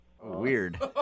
weird